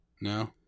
No